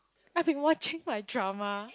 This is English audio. I've been watching my drama